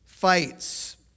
fights